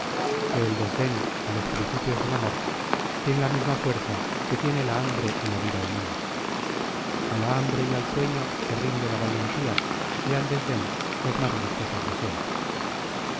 que el desden en los principios del amor tiene la misma fuerza que tiene la hambre en la vida humana á la hambre y al sueño se rinde la valentía y al desden los más gustosos deseos